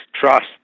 trust